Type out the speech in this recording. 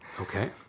Okay